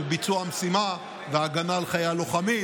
של ביצוע המשימה והגנה על חיי הלוחמים,